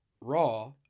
raw